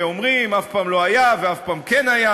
ואומרים "אף פעם לא היה" ו"אף פעם כן היה",